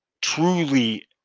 truly